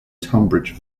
tunbridge